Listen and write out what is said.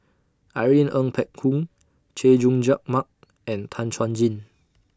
Irene Ng Phek Hoong Chay Jung Jun Mark and Tan Chuan Jin